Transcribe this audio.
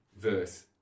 verse